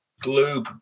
glue